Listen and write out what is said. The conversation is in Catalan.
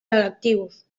electius